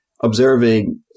observing